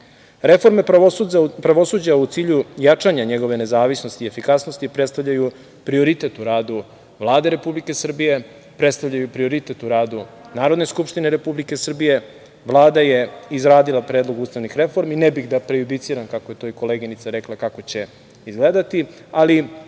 vlasti. Reforme pravosuđa u cilju jačanja njegove nezavisnosti i efikasnosti, predstavljaju prioritet u radu Vlade Republike Srbije, predstavljaju prioritet Narodne Skupštine Republike Srbije. Vlada je izradila predlog ustavnih reformi i ne bih da prejudiciram, kako je to i koleginica rekla, kako će izgledati, ali